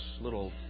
little